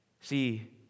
See